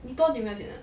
你多久没有剪了